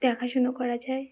দেখাশুনো করা যায়